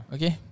Okay